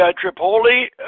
Tripoli